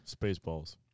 Spaceballs